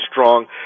strong